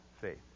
faith